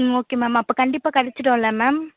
ம் okay ma'am அப்போ கண்டிப்பாக கிடச்சிடும் இல்லை மேம்